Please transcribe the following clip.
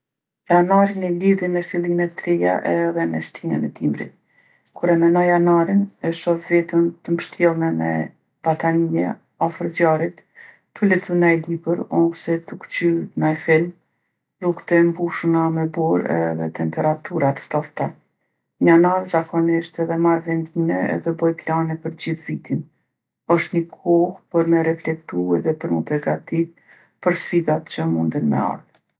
Janarin e lidhi me fillime t'reja edhe me stinën e dimrit. Kur e menoj janarin, e shoh vetën të mshtjellne me batanije afër zjarrit, tu lexu naj libër ose tu kqyr naj film. Rrugtë e mbushuna me borë edhe temperatura t'ftofta. N'janar zakonisht edhe marrë vendime edhe boj plane për gjithë vitin. Osht ni kohë për me reflektu edhe për m'u përgatitë për sfidat që munden me ardhë.